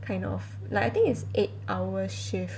kind of like I think it's eight hours shift